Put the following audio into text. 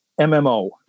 MMO